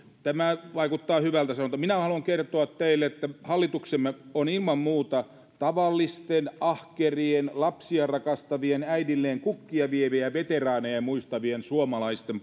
tämä vaikuttaa hyvältä asialta minä haluan kertoa teille että hallituksemme on ilman muuta tavallisten ahkerien lapsia rakastavien äidilleen kukkia vievien veteraaneja muistavien suomalaisten